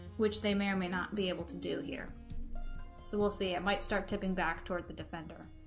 which they may or may not be able to do here so we'll see it might start tipping back toward the defender